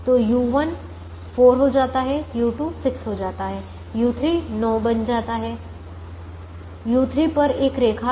तो u1 4 हो जाता है u2 6 हो जाता है u3 9 बन जाता है u3 पर एक रेखा है